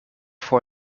for